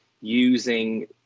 using